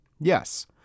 Yes